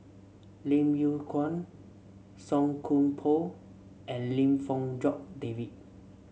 Lim Yew Kuan Song Koon Poh and Lim Fong Jock David